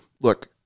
Look